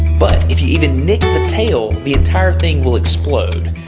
but, if you even nick the tail, the entire thing will explode.